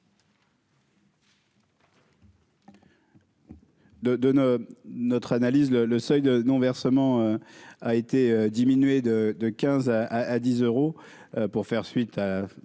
nos notre analyse le le seuil de non versement a été diminué de, de 15 à à dix euros pour faire suite à